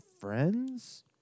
friends